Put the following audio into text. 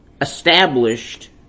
established